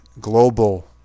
global